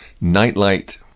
Nightlight